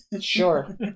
Sure